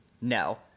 no